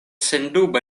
sendube